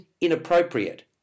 inappropriate